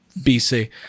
BC